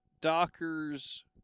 dockers